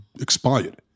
expired